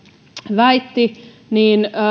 väitti